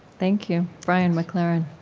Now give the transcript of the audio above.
thank you, brian mclaren